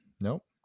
Nope